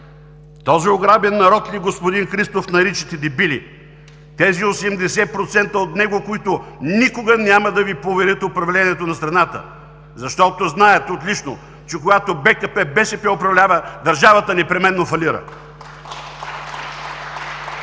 Този ограбен народ ли, господин Христов, наричате „дебили“?! Тези 80% от него, които никога няма да Ви поверят управлението на страната, защото знаят отлично, че когато БКП – БСП управлява, държавата непременно фалира.